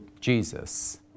Jesus